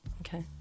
okay